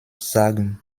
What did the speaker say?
sagen